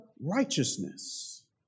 Righteousness